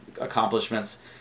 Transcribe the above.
accomplishments